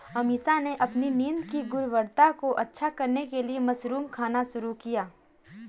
अमीषा ने अपनी नींद की गुणवत्ता को अच्छा करने के लिए मशरूम खाना शुरू किया